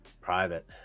Private